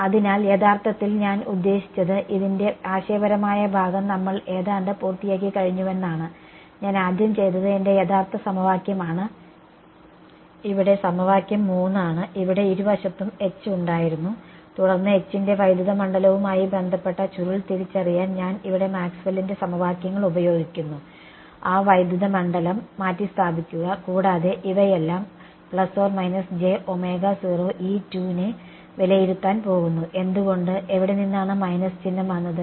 അതിനാൽ യഥാർത്ഥത്തിൽ ഞാൻ ഉദ്യേശിച്ചത് ഇതിന്റെ ആശയപരമായ ഭാഗം നമ്മൾ ഏതാണ്ട് പൂർത്തിയാക്കിക്കഴിഞ്ഞുവെന്നാണ് ഞാൻ ചെയ്തത് എന്റെ യഥാർത്ഥ സമവാക്യമാണ് ഇവിടെ സമവാക്യം 3 ആണ് ഇവിടെ ഇരുവശത്തും H ഉണ്ടായിരുന്നു തുടർന്ന് H ന്റെ വൈദ്യത മണ്ഡലവുമായി ബന്ധപ്പെട്ട ചുരുൾ തിരിച്ചറിയാൻ ഞാൻ ഇവിടെ മാക്സ്വെല്ലിന്റെ സമവാക്യങ്ങൾ Maxwell's equations ഉപയോഗിക്കുന്നു ആ വൈദ്യുത മണ്ഡലം മാറ്റിസ്ഥാപിക്കുക കൂടാതെ ഇവയെല്ലാം നെ വിലയിരുത്താൻ പോകുന്നു എന്തുകൊണ്ട് എവിടെനിന്നാണ് മൈനസ് ചിഹ്നം വന്നത്